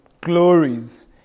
glories